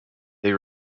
they